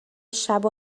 شبو